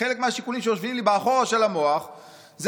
חלק מהשיקולים שיושבים לי באחורי המוח זה